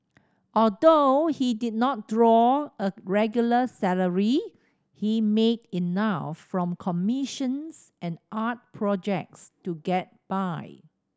although he did not draw a regular salary he made enough from commissions and art projects to get by